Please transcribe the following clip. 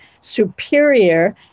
superior